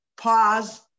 pause